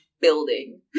building